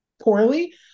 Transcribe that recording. poorly